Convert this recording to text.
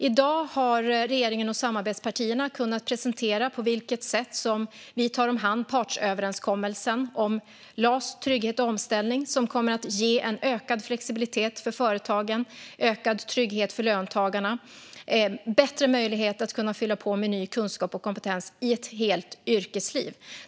I dag har regeringen och samarbetspartierna kunnat presentera på vilket sätt vi tar om hand partsöverenskommelsen om LAS, trygghet och omställning, som kommer att ge en ökad flexibilitet för företagen, ökad trygghet för löntagarna och bättre möjligheter att fylla på med ny kunskap och kompetens i ett helt yrkesliv.